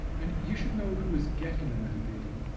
and you should know who is getting the metadata.